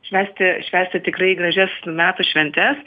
švęsti švęsti tikrai gražias metų šventes